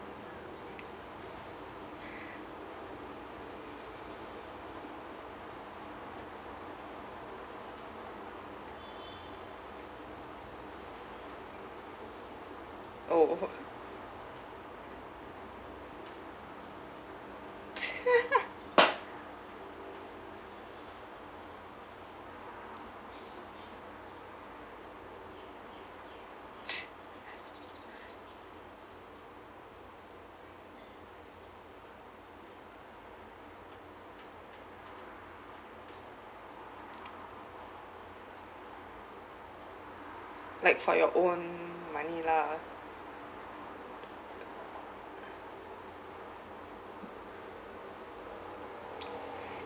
oh like for your own money lah